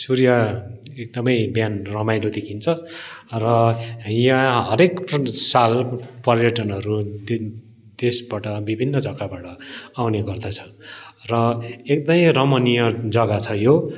सूर्य एकदमै बिहान रमाइलो देखिन्छ र यहाँ हरेक साल पर्यटनहरू देशबाट विभिन्न जग्गाबाट आउने गर्दछ र एकदमै रमणीय जग्गा छ यो